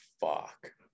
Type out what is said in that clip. fuck